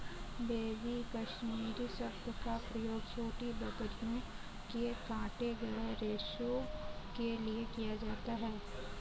baby Kashmiri शब्द का प्रयोग छोटी बकरियों के काटे गए रेशो के लिए किया जाता है